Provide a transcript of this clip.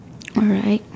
alright